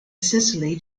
sicily